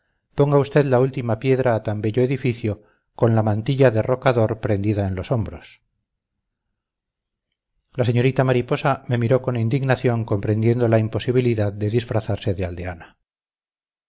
ponga usted la última piedra a tan bello edificio con la mantilla de rocador prendida en los hombros la señorita mariposa me miró con indignación comprendiendo la imposibilidad de disfrazarse de aldeana